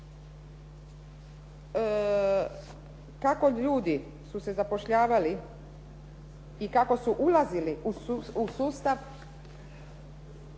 kako ljudi su se zapošljavali i kako su ulazili u sustav.